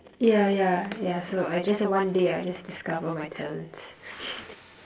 yeah yeah yeah so I just one day I just discover my talents